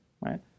right